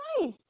nice